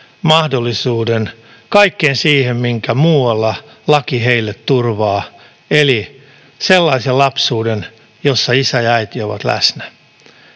mahdollisuuden kaikkeen siihen, minkä muualla laki heille turvaa, eli sellaiseen lapsuuteen, jossa isä ja äiti ovat läsnä.